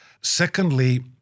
Secondly